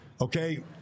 okay